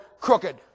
crooked